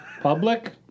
public